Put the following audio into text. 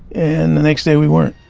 and the next day we weren't